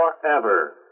forever